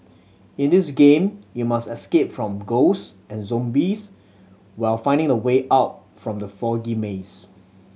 in this game you must escape from ghost and zombies while finding the way out from the foggy maze